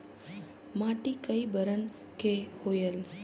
माटी कई बरन के होयल?